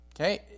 Okay